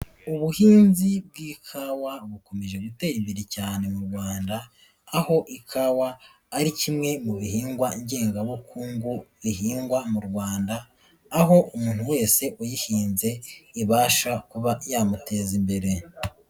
Ubuhinzi bw'ikawa bukomeje gutera imbere cyane mu Rwanda aho ikawa ari kimwe mu bihingwa ngengabukungu bihingwa mu Rwanda aho umuntu wese uyihimbye ibasha kuba yamuteza imbere.